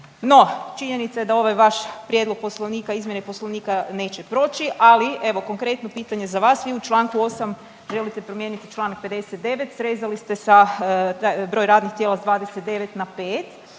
No činjenica je da ovaj vaš prijedlog poslovnika, izmjene poslovnika neće proći, ali evo konkretno pitanje za vas. Vi u čl. 8. želite promijeniti čl. 59., srezali ste sa, broj radnih tijela s 29 na 5,